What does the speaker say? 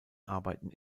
arbeiten